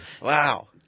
Wow